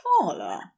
taller